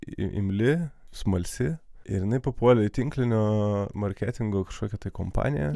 imli smalsi ir jinai papuolei tinklinio marketingo kažkokią kompaniją